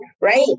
right